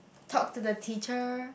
talk to the teacher